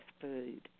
food